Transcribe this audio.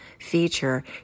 feature